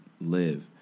live